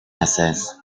essays